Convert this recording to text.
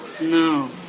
No